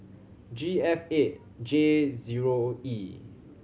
G F eight J zero E